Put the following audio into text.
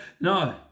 No